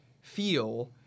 feel